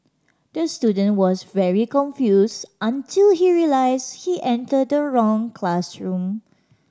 the student was very confused until he realised he entered the wrong classroom